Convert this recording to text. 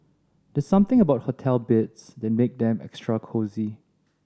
there's something about hotel beds that make them extra cosy